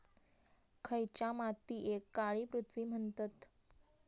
खयच्या मातीयेक काळी पृथ्वी म्हणतत?